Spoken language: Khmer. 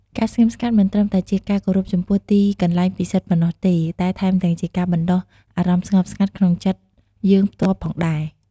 ការស្ងៀមស្ងាត់មិនត្រឹមតែជាការគោរពចំពោះទីកន្លែងពិសិដ្ឋប៉ុណ្ណោះទេ តែថែមទាំងជាការបណ្ដុះអារម្មណ៍ស្ងប់ស្ងាត់ក្នុងចិត្តយើងផ្ទាល់ផងដែរ។